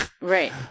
Right